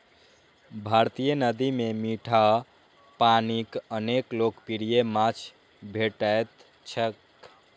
भारतीय नदी मे मीठा पानिक अनेक लोकप्रिय माछ भेटैत छैक